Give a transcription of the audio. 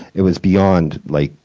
it was beyond, like,